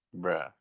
Bruh